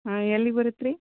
ಹಾಂ ಎಲ್ಲಿ ಬರುತ್ತೆ ರೀ